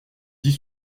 dit